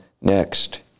next